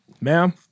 Ma'am